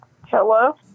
hello